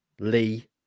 Lee